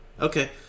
Okay